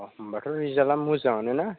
अ होनबाथ' रिजाल्टआ मोजाङानो ना